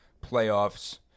playoffs